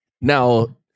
Now